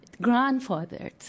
grandfathered